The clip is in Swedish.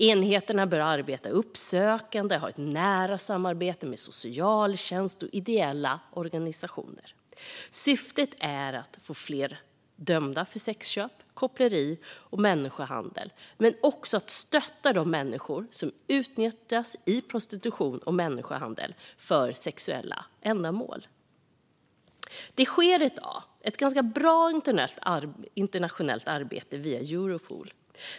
Enheterna bör arbeta uppsökande och ha ett nära samarbete med socialtjänst och ideella organisationer. Syftet är att få fler dömda för sexköp, koppleri och människohandel men också att stötta de människor som utnyttjas i prostitution och människohandel för sexuella ändamål. Det sker i dag ett ganska bra internationellt arbete via Europol.